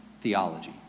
theology